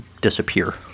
disappear